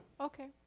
Okay